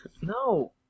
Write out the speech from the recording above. No